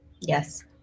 Yes